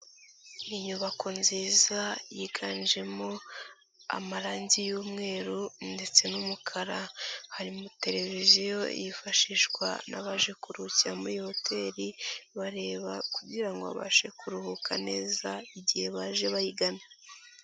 Inyubako nziza yiganjemo amarangi y'umweru ndetse n'umukara, harimo televiziyo yifashishwa n'abaje kuruhukira muri hoteli, bareba kugira ngo babashe kuruhuka neza, igihe baje bayigana.